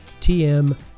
TM